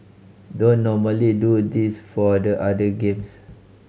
don't normally do this for the other games